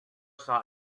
saw